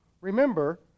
Remember